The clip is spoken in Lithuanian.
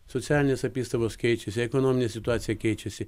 socialinės apystovos keičiasi ekonominė situacija keičiasi